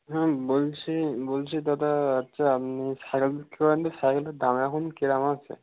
হুম বলছি বলছি দাদা আচ্ছা আপনি সাইকেলটার দাম এখন কীরকম আছে